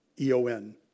E-O-N